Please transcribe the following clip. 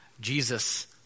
Jesus